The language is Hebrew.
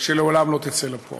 אתה יכול להוסיף את שנינו.